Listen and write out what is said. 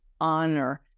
honor